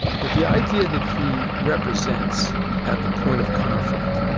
but the idea that he represents at the point of conflict,